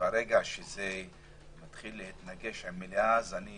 ברגע שזה מתחיל להתנגש עם מליאה, אז אני